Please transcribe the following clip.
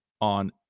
on